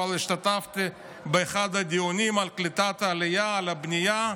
אבל השתתפתי באחד הדיונים על קליטת העלייה על הבנייה,